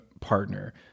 partner